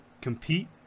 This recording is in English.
compete